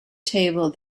table